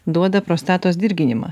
duoda prostatos dirginimą